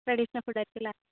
traditional food ആയിരിക്കും അല്ലേ